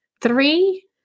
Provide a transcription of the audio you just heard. three